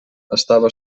estava